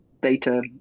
data